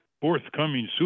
forthcoming